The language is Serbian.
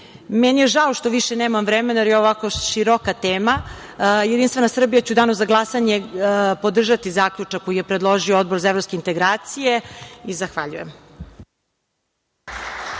je žao što više nemam vremena, jer je ovako široka tema. Jedinstvena Srbija će u danu za glasanje podržati zaključak koji je predložio Odbor za evropske integracije i zahvaljujem.